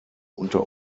unter